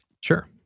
Sure